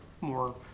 more